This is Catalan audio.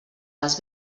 les